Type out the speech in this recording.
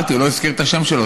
אמרתי, הוא לא הזכיר את השם שלו.